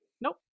nope